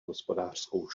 hospodářskou